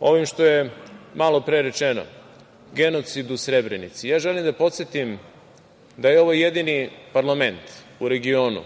onim što je malopre rečeno – genocid u Srebrenici. Ja želim da podsetim da je ovo jedini parlament u regionu